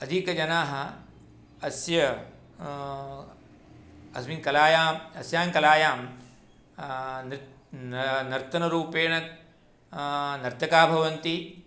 अधिकजनाः अस्य अस्मिन् कलायाम् अस्याङ्कलायां नर्तनरूपेण नर्तकाः भवन्ति